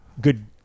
good